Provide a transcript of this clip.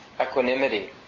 equanimity